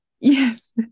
Yes